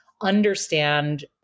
understand